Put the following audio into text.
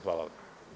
Hvala vam.